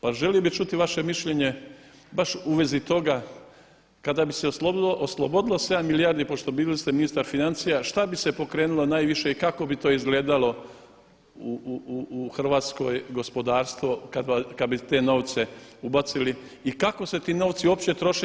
Pa želio bih čuti vaše mišljenje baš u vezi toga kada bi se oslobodilo 7 milijardi pošto bili ste ministar financija šta bi se pokrenulo najviše i kako bi to izgledalo u Hrvatskoj gospodarstvo kad bi te novce ubacili i kako se ti novci uopće troše.